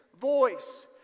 voice